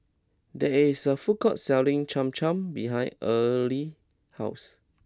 there is a food court selling Cham Cham behind Early's house